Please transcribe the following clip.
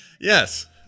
Yes